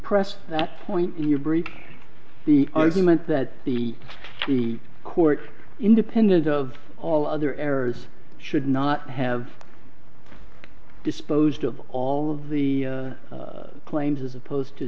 press that point in your break the argument that the courts independent of all other errors should not have disposed of all of the claims as opposed to